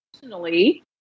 Personally